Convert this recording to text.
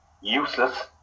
useless